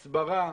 הסברה,